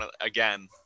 again